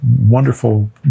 wonderful